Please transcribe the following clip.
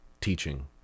teaching